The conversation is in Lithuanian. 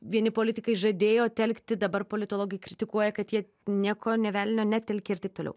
vieni politikai žadėjo telkti dabar politologai kritikuoja kad jie nieko nė velnio netelkia ir taip toliau